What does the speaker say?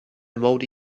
mouldy